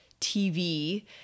TV